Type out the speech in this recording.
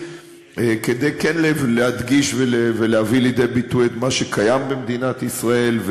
כדי כן להדגיש ולהביא לידי ביטוי את מה שקיים במדינת ישראל,